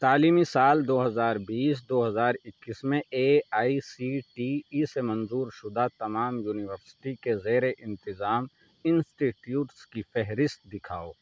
تعلیمی سال دو ہزار بیس دو ہزار اکیس میں A I C T E سے منظور شدہ تمام یونیوسٹی کے زیر انتظام انسٹیٹیوٹس کی فہرست دکھاؤ